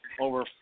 over